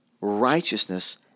righteousness